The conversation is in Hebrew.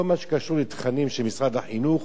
כל מה שקשור לתכנים של משרד החינוך,